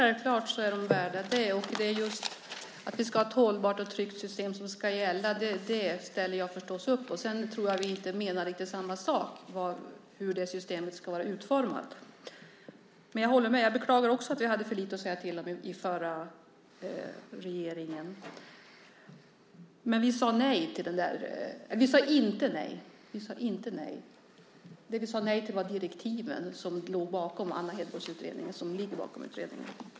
Herr talman! Självklart är de värda det, och att vi ska ha ett hållbart och tryggt system ställer jag förstås upp på. Sedan tror jag inte att vi menar riktigt samma sak när det gäller hur systemet ska vara utformat. Och jag håller med - också jag beklagar att vi hade för lite att säga till om i den förra regeringen. Vi sade dock inte nej. Det vi sade nej till var de direktiv som ligger till grund för Anna Hedborgs utredning.